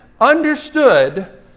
understood